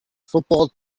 football